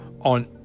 on